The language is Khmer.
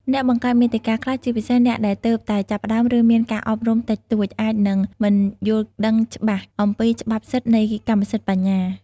អ្នកបង្កើតមាតិកាខ្លះ ជាពិសេសអ្នកដែលទើបតែចាប់ផ្ដើម ឬមានការអប់រំតិចតួច អាចនឹងមិនយល់ដឹងច្បាស់អំពីច្បាប់សិទ្ធិនៃកម្មសិទ្ធិបញ្ញា។